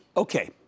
Okay